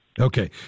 Okay